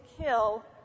kill